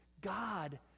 God